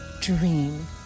dream